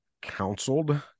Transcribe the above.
counseled